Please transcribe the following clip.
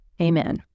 Amen